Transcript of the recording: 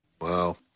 Wow